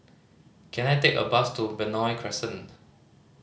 can I take a bus to Benoi Crescent